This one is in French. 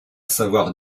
savoir